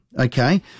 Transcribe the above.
okay